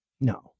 No